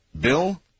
Bill